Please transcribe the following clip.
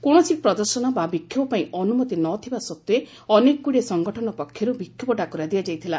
କୌଣସି ପ୍ରଦର୍ଶନ ବା ବିକ୍ଷୋଭ ପାଇଁ ଅନୁମତି ନଥିବା ସତ୍ତ୍ୱେ ଅନେକଗୁଡ଼ିଏ ସଂଗଠନ ପକ୍ଷରୁ ବିକ୍ଷୋଭ ଡାକରା ଦିଆଯାଇଥିଲା